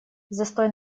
застой